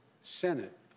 Senate